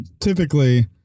typically